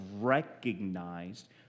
recognized